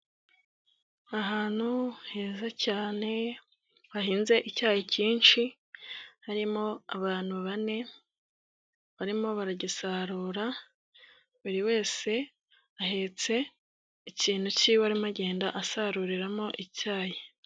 Ahantu heza cyane hahinze icyayi cyinshi harimo abantu bane barimo baragisarura buri wese ahetse ikintu kiwe arimo agenda asaruriramo icyayi.